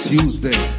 Tuesday